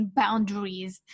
boundaries